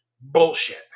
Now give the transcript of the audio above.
Bullshit